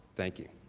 thank you.